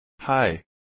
Hi